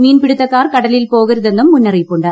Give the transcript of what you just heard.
മീൻപിടുത്തക്കാർ കടലിൽ പോകരുതെന്നും മുന്നറിയിപ്പുണ്ട്